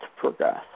progress